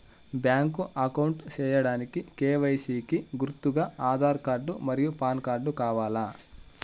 Bank account సేయడానికి KYC కి గుర్తుగా ఆధార్ కార్డ్ మరియు పాన్ కార్డ్ కావాలా?